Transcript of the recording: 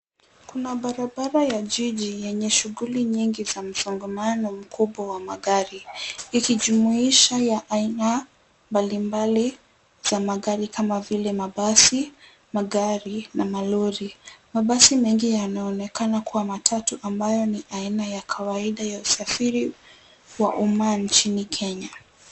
Kuna barabara ya jiji yenye shughuli nyingi za msongomano mkubwa wa magari, ikijumuisha ya aina mbalimbali za magari kama vile mabasi, magari na malori. Mabasi mengi yanaonekana kuwa matatu ambayo ni aina ya kawaida ya usafiri wa umma nchini Kenya.